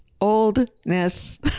oldness